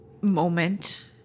moment